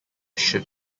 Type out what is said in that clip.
should